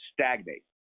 stagnate